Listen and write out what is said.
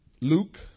Luke